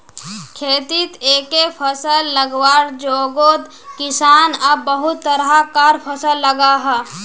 खेतित एके फसल लगवार जोगोत किसान अब बहुत तरह कार फसल लगाहा